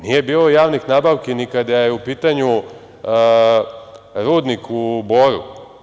Nije bilo javnih nabavki ni kada je u pitanju rudnik u Boru.